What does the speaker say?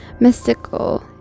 mystical